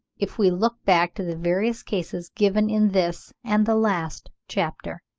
if we look back to the various cases given in this and the last chapter.